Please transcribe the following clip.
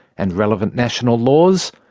and relevant national laws,